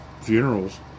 funerals